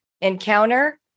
Encounter